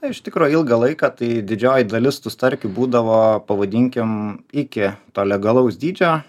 iš tikro ilgą laiką tai didžioji dalis tų starkių būdavo pavadinkim iki to legalaus dydžio